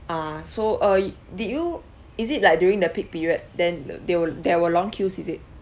ah so err did you is it like during the peak period then they will there were long queues is it